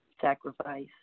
sacrifice